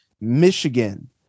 Michigan